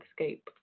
escape